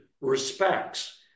respects